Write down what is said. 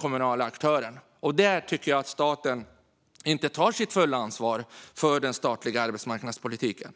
kommunala aktörerna. Där tycker jag att staten inte tar sitt fulla ansvar för den statliga arbetsmarknadspolitiken.